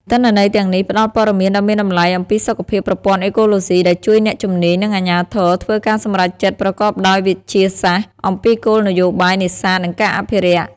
ទិន្នន័យទាំងនេះផ្តល់ព័ត៌មានដ៏មានតម្លៃអំពីសុខភាពប្រព័ន្ធអេកូឡូស៊ី ដែលជួយអ្នកជំនាញ និងអាជ្ញាធរធ្វើការសម្រេចចិត្តប្រកបដោយវិទ្យាសាស្ត្រអំពីគោលនយោបាយនេសាទ និងការអភិរក្ស។